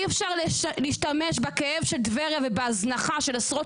אי אפשר להשתמש בכאב של טבריה ובהזנחה של עשרות